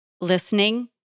listening